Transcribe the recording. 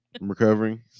recovering